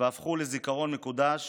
והפכו לזיכרון מקודש